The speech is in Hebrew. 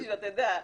לעניין.